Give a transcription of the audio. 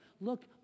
Look